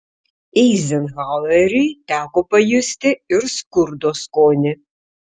eizenhaueriui teko pajusti ir skurdo skonį